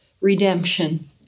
redemption